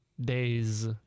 days